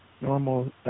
normal